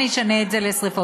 אני אשנה את זה לשרפות.